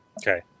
Okay